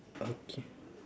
okay